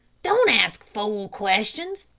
don't ask fool questions,